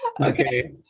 Okay